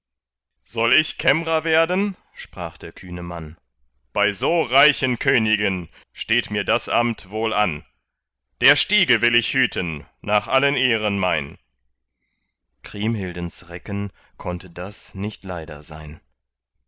soll ich kämmrer werden sprach der kühne mann bei so reichen königen steht mir das amt wohl an der stiege will ich hüten nach allen ehren mein kriemhildens recken konnte das nicht leider sein